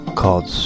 called